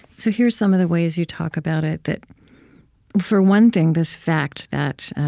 so here's some of the ways you talk about it that for one thing, this fact that